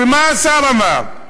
ומה השר אמר?